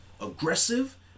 aggressive